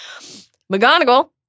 McGonagall